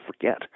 forget